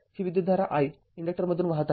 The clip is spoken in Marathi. ही विद्युतधारा i इन्डक्टरमधून वाहत आहे